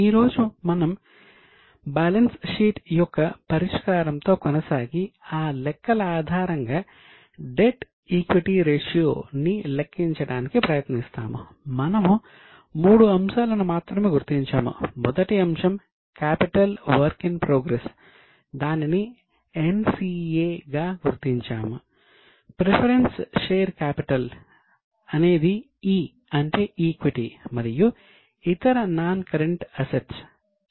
ఈ రోజు మనం బ్యాలెన్స్ షీట్ యొక్క పరిష్కారంతో కొనసాగి ఆ లెక్కల ఆధారంగా డెట్ ఈక్విటీ రేషియో కావున NCA గా గుర్తించాము